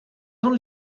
temps